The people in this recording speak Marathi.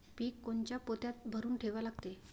पीक कोनच्या पोत्यात भरून ठेवा लागते?